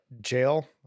jail